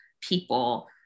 people